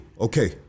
Okay